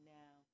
now